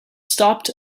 stopped